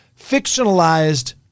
fictionalized